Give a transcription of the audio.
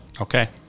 Okay